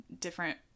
different